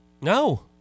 No